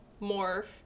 morph